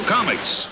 Comics